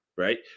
Right